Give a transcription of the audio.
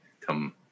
come